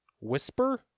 Whisper